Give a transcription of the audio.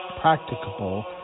practicable